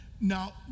Now